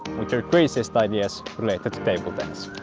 with your craziest ideas related to table tennis.